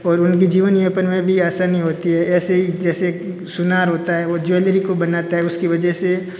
और उनके जीवन यापन में भी आसानी होती है ऐसे ही जैसे सोनार होता है वो ज्वेलरी को बनता है उसकी वजह से